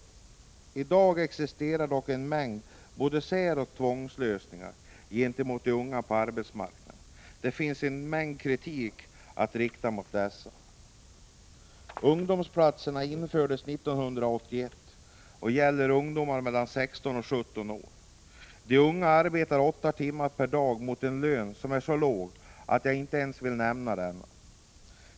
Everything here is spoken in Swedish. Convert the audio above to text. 3 april 1986 I dag existerar dock en mängd både säroch tvångslösningar gentemot de unga på arbetsmarknaden. Det finns mycket kritik att rikta mot dessa. Ungdomsplatserna infördes 1981 och gäller ungdom mellan 16 och 17 år. De unga arbetar åtta timmar per dag för en lön som är så låg att jag inte ens vill nämna den.